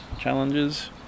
challenges